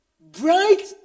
Bright